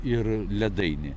ir ledainė